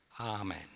Amen